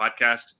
podcast